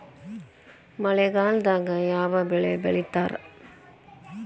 ಮಳೆಗಾಲದಾಗ ಯಾವ ಬೆಳಿ ಬೆಳಿತಾರ?